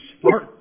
smart